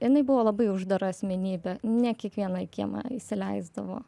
jinai buvo labai uždara asmenybė ne kiekvieną į kiemą įsileisdavo